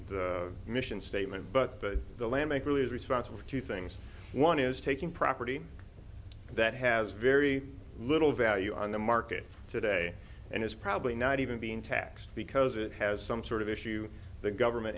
mission statement but the land make really is responsible for two things one is taking property that has very little value on the market today and is probably not even being taxed because it has some sort of issue the government